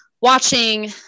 watching